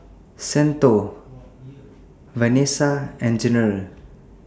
Santo Venessa and General